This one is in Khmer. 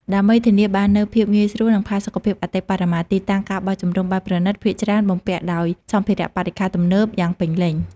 ដើម្បីធានាបាននូវភាពងាយស្រួល និងផាសុកភាពអតិបរមា ទីតាំង ការបោះជំរំបែបប្រណីត ភាគច្រើនបំពាក់ដោយ សម្ភារៈបរិក្ខារទំនើប យ៉ាងពេញលេញ។